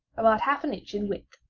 about half an inch in width,